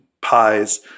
pies